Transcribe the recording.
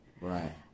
Right